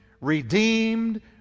redeemed